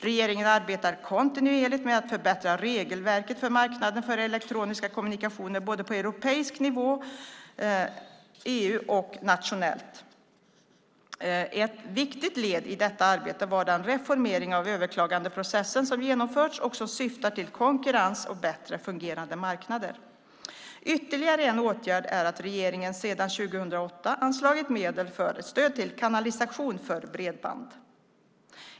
Regeringen arbetar kontinuerligt med att förbättra regelverket för marknaden för elektroniska kommunikationer både på europeisk nivå, EU och nationellt. Ett viktigt led i detta arbete var den reformering av överklagandeprocessen som genomförts och som syftar till konkurrens och bättre fungerande marknader. Ytterligare en åtgärd är att regeringen sedan 2008 anslagit medel för stöd till kanalisation för bredband.